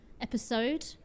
episode